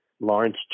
Lawrence